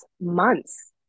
months